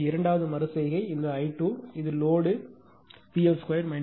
எனவே இரண்டாவது மறு செய்கை இந்த i2 இது லோடு V2